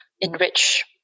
enrich